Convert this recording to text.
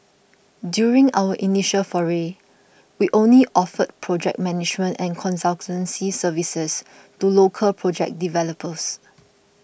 during our initial foray we only offered project management and consultancy services to local project developers